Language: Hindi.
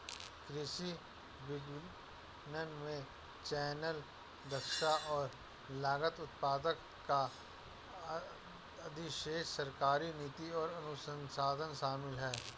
कृषि विपणन में चैनल, दक्षता और लागत, उत्पादक का अधिशेष, सरकारी नीति और अनुसंधान शामिल हैं